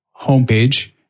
homepage